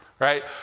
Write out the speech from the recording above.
right